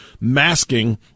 masking